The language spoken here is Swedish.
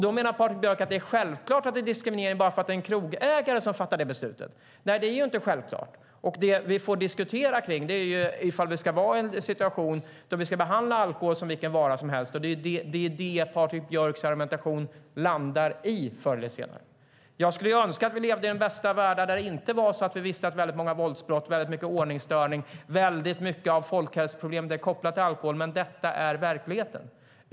Då menar Patrik Björck att det är självklart att det är diskriminering bara för att det är en krogägare som fattar det beslutet. Nej, det är inte självklart. Det vi får diskutera är om vi ska ha en situation där vi ska behandla alkohol som vilken vara som helst, och det är det som Patrik Björcks argumentation landar i förr eller senare. Jag skulle önska att vi levde i den bästa av världar, där många våldsbrott och ordningsstörningar och en stor del av folkhälsoproblemet inte var kopplade till alkohol, men detta är verkligheten.